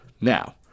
Now